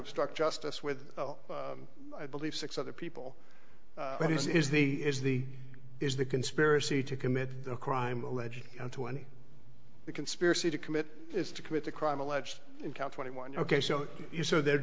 obstruct justice with l i believe six other people what is the is the is the conspiracy to commit the crime alleged and two and the conspiracy to commit is to commit the crime alleged in count twenty one ok so you so they're